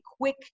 quick